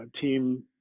team